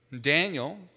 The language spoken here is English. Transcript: Daniel